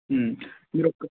మీరు ఒక